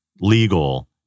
legal